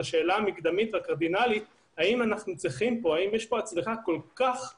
השאלה המקדמית והקרדינלית האם יש פה צורך כל כך קריטי,